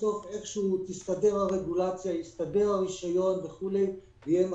בסוף איכשהו תסתדר הרגולציה ויסתדר הרישיון ויהיה מכשיר.